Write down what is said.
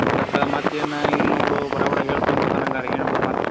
ಅದಕ್ಕೆ ಮತ್ತೇನು ಇಲ್ಲ ನೋಡು ಬಡಬಡ ಹೇಳ್ತವ